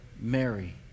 Mary